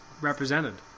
represented